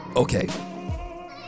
Okay